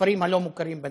בכפרים הלא-מוכרים בנגב,